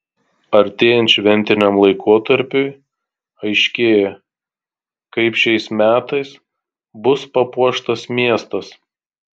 artėjant šventiniam laikotarpiui aiškėja kaip šiais metais bus papuoštas miestas